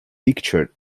pictured